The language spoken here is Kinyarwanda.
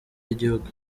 y’igihugu